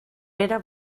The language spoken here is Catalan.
pere